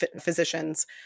physicians